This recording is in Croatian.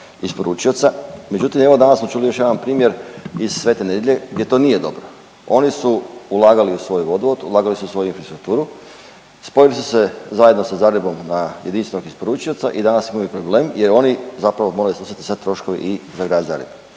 međutim evo danas smo čuli još jedan primjer iz Svete Nedelje gdje to nije dobro. Oni su ulagali u svoj vodovod, ulagali su u svoju infrastrukturu, spojili su se zajedno sa Zagrebom na jedinstvenog isporučioca i danas imaju problem jer oni zapravo moraju snositi sad troškove i za grad Zagreb.